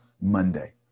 Monday